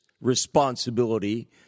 responsibility